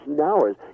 hours